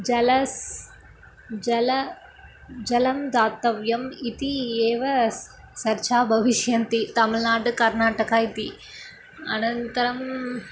जलं जलं जलं दातव्यम् इति एव स चर्चा भविष्यन्ति तमिल्नाडु कर्नाटका इति अनन्तरम्